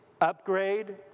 upgrade